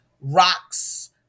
rocks